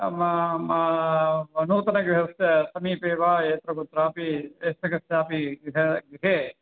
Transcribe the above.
नूतनगृहस्य समीपे वा यत्र कुत्रापि यस्य कस्यापि गृहे गृहे